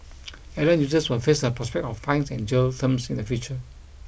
errant users will face the prospect of fines and jail terms in the future